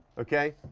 okay,